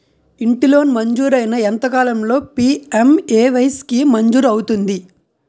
ఇంటి లోన్ మంజూరైన ఎంత కాలంలో పి.ఎం.ఎ.వై స్కీమ్ మంజూరు అవుతుంది?